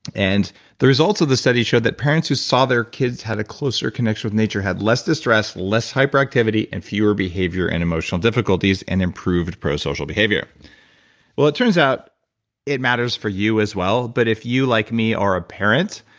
and the results of the study showed that parents who saw their kids had a closer connection with nature had less distress, less hyperactivity and fewer behavior and emotional difficulties and improved pro-social behavior well, it turns out it matters for you as well, but if you, like me, are a parent,